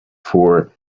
for